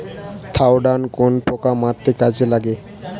Thiodan কোন পোকা মারতে কাজে লাগে?